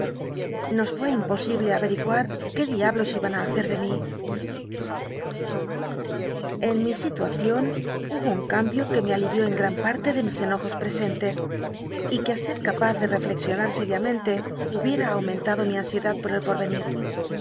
os fué imposible criguar qué diablo iban ü hacer de mi en mi siluacion hubo un cam bio que me alil'iú en gtan parle de mis enojos i'cscnlcs y que i sct capaz de t'cllcxionar seriamente huhicm aumentado mi ansiedad por el porvenir